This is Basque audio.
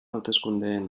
hauteskundeen